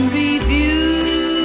review